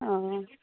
অঁ